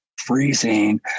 freezing